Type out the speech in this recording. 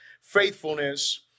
faithfulness